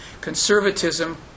conservatism